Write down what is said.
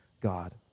God